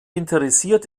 interessiert